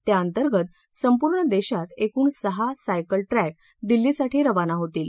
त्याअंतर्गत संपूर्ण देशात एकूण सहा सायकल ट्रॅक दिल्लीसाठी रवाना होतील